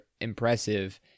impressive